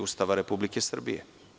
Ustava Republike Srbije.